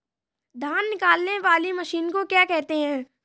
धान निकालने वाली मशीन को क्या कहते हैं?